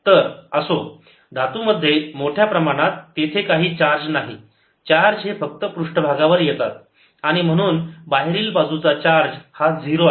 तर असो धातूमध्ये मोठ्या प्रमाणात तेथे काही चार्ज नाही चार्ज हे फक्त पृष्ठभागावर येतात आणि म्हणून बाहेरील बाजू चा चार्ज हा झिरो आहे